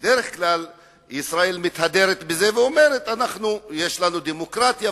בדרך כלל ישראל מתהדרת בזה ואומרת: יש לנו דמוקרטיה,